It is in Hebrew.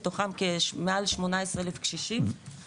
מתוכם מעל 18,000 קשישים,